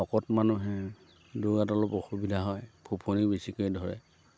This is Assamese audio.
শকত মানুহে দৌৰাত অলপ অসুবিধা হয় ফুফনি বেছিকৈ ধৰে